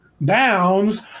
Bounds